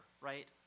right